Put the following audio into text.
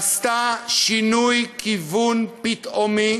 עשתה שינוי כיוון פתאומי,